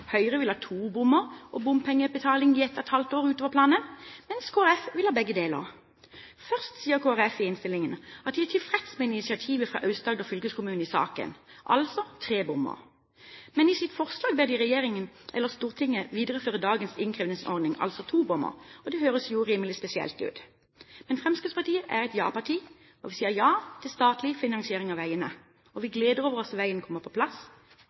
Høyre vil ha to bommer og bompengebetaling i ett og et halvt år utover planene, mens Kristelig Folkeparti vil ha begge deler. Først sier Kristelig Folkeparti i innstillingen at de er tilfreds med initiativet fra Aust-Agder fylkeskommune i saken, altså tre bommer. Men i sitt forslag ber de Stortinget videreføre dagens innkrevingsordning, altså to bommer. Det høres jo rimelig spesielt ut. Fremskrittspartiet er et ja-parti, og vi sier ja til statlig finansiering av veiene. Vi gleder oss over at veien kommer på plass.